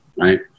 right